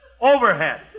Overhead